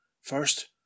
First